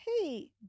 Hey